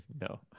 No